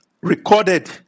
recorded